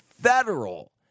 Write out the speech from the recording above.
federal